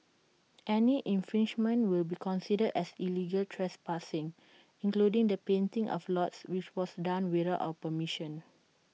any infringement will be considered as illegal trespassing including the painting of lots which was done without our permission